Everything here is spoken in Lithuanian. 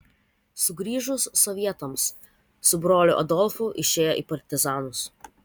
sugrįžus sovietams su broliu adolfu išėjo į partizanus